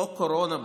חוק הקורונה,